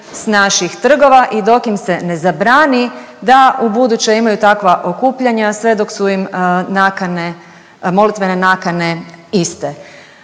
s naših tragova i dok im se ne zabrani da ubuduće imaju takva okupljanja sve dok su im nakane, molitvene nakane iste.